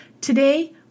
Today